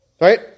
Right